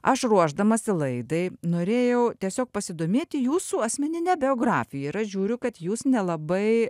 aš ruošdamasi laidai norėjau tiesiog pasidomėti jūsų asmenine biografija ir aš žiūriu kad jūs nelabai